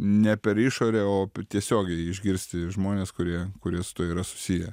ne per išorę o tiesiogiai išgirsti žmones kurie kurie su tuo yra susiję